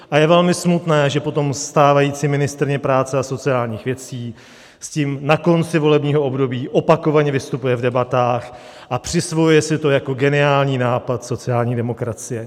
A je velmi smutné, že potom stávající ministryně práce a sociálních věcí s tím na konci volebního období opakovaně vystupuje v debatách a přisvojuje si to jako geniální nápad sociální demokracie.